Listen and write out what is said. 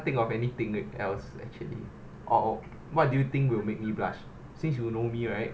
think of anything else actually or what do you think will make me blush since you will know me right